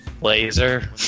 laser